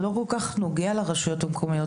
זה לא כל כך נוגע לרשויות המקומיות,